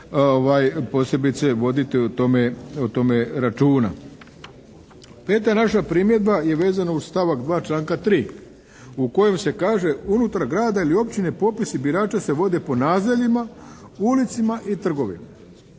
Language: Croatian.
Peta naša primjedba je vezana uz stavak 2. članka 3. u kojem se kaže, unutar grada ili općine popisi birača se vode po naseljima, ulicama i trgovima.